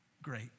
Great